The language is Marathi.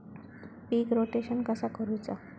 पीक रोटेशन कसा करूचा?